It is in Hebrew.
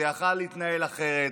זה יכול היה להתנהל אחרת,